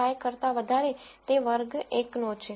5 કરતા વધારે તે વર્ગ 1 નો છે